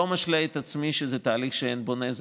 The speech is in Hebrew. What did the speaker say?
אני לא משלה את עצמי שזה תהליך שאין בו נזק,